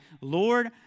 Lord